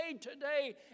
today